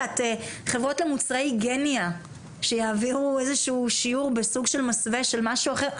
שחברות למוצרי היגיינה יעבירו איזשהו שיעור בסוג של מסווה של משהו אחר.